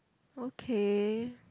okay